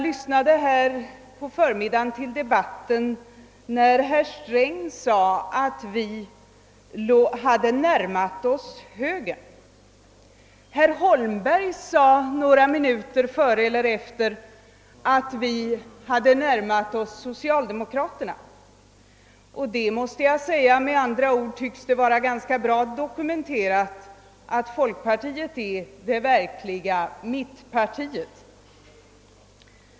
Under förmiddagens debatt sade herr Sträng att folkpartiet hade närmat sig moderata samlingspartiet. Herr Holmberg sade några minuter före — eller efter — att vi hade närmat oss socialdemokraterna. Därmed måste det med andra ord vara ganska bra dokumenterat att folkpartiet är det verkliga mittenpartiet.